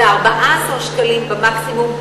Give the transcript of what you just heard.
ו-14 שקלים במקסימום.